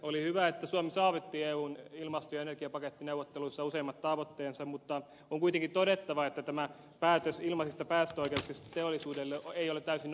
oli hyvä että suomi saavutti eun ilmasto ja energiapakettineuvotteluissa useimmat tavoitteensa mutta on kuitenkin todettava että päätös ilmaisista päästöoikeuksista teollisuudelle ei ole täysin ongelmaton